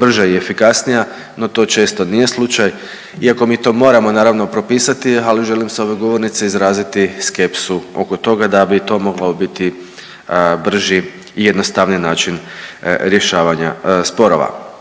brža i efikasnija, no to često nije slučaj iako mi to moramo naravno, propisati, ali želim sa ove govornice izraziti skepsu oko toga da bi to mogao biti brži i jednostavniji način rješavanja sporova.